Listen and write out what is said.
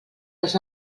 els